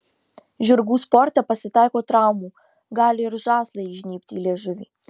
žirgų sporte pasitaiko traumų gali ir žąslai įžnybti į liežuvį